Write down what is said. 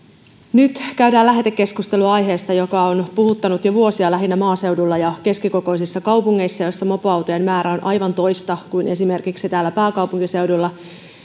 nyt käydään lähetekeskustelua aiheesta joka on puhuttanut jo vuosia lähinnä maaseudulla ja keskikokoisissa kaupungeissa joissa mopoautojen määrä on aivan toista kuin esimerkiksi täällä pääkaupunkiseudulla